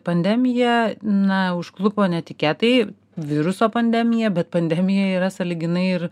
pandemija na užklupo netikėtai viruso pandemija bet pandemija yra sąlyginai ir